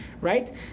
Right